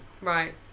Right